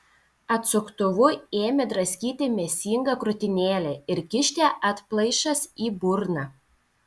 atsuktuvu ėmė draskyti mėsingą krūtinėlę ir kišti atplaišas į burną